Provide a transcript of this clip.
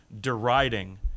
deriding